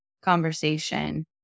conversation